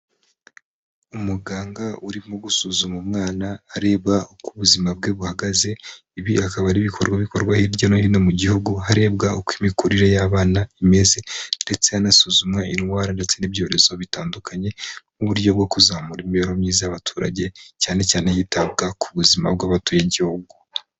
Umuganga urimo gusuzuma umwana arebabwa uko ubuzima bwe buhagaze, ibi akaba ari ibikorwa bikorwa hirya no hino mu gihugu harebwa uko imikurire y'abana imeze ndetse hanasuzumwa indwara ndetse n'ibyorezo bitandukanye nk'uburyo bwo kuzamura imibereho myiza y'abaturage cyane cyane hitabwa ku buzima bw'abatuye igihugu.